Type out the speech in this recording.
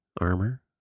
armor